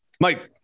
Mike